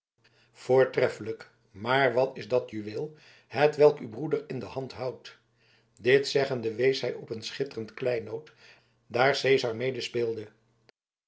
voortreffelijk maar wat is dat juweel hetwelk uw broeder in de hand houdt dit zeggende wees hij op een schitterend kleinood daar cezar mede speelde